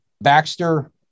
Baxter